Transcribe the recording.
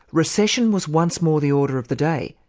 recession was once more the order of the day.